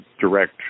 direct